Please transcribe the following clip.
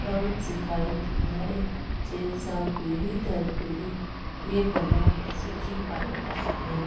कमु सेखारींदी आहे जंहिंसां पीढ़ी दर पीढ़ी हीअ कला सिखी पाईंदा आहिनि